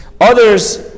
Others